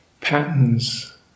patterns